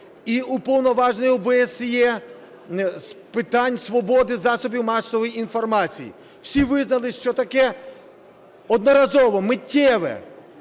і Уповноваженого ОБСЄ з питань свободи засобів масової інформації. Всі визнали, що таке одноразове, миттєве